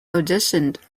auditioned